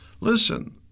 Listen